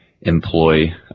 employ